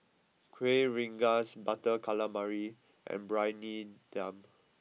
Kueh Rengas Butter Calamari and Briyani Dum